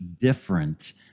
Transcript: different